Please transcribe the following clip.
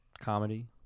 comedy